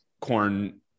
corn